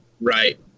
Right